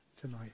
tonight